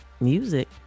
music